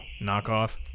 knockoff